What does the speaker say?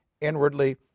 inwardly